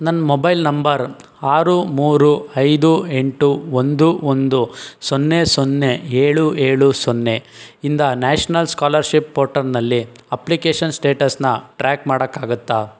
ನನ್ನ mobile number ಆರು ಮೂರು ಐದು ಎಂಟು ಒಂದು ಒಂದು ಸೊನ್ನೆ ಸೊನ್ನೆ ಏಳು ಏಳು ಸೊನ್ನೆ ಇಂದ ನ್ಯಾಷ್ನಲ್ ಸ್ಕಾಲರ್ಷಿಪ್ ಪೋರ್ಟಲ್ನಲ್ಲಿ ಅಪ್ಲಿಕೇಷನ್ ಸ್ಟೇಟಸ್ನ ಟ್ರ್ಯಾಕ್ ಮಾಡೋಕ್ಕಾಗುತ್ತ